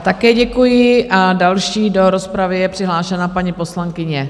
Také děkuji a další do rozpravy je přihlášená paní poslankyně...